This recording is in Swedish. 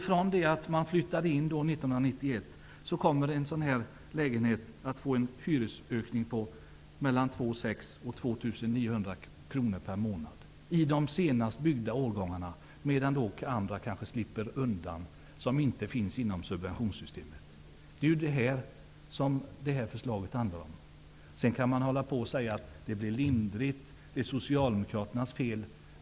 Från det att man flyttade in 1991 kommer de som bor i en sådan lägenhet att drabbas av en hyresökning på mellan 2 600 och 2 900 kr/månad i de senast byggda husen, medan andra som inte finns inom subventionssystemet kanske slipper undan. Detta är vad förslaget handlar om. Sedan kan man hålla på och säga att det blir lindrigt eller att det är Socialdemokraternas fel.